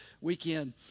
weekend